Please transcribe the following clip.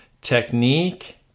technique